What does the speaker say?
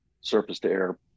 surface-to-air